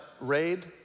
raid